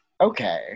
okay